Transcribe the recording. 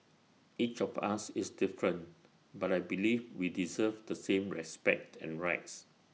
each of us is different but I believe we deserve the same respect and rights